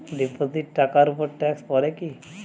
Deposit টাকার উপর tax পড়ে কি?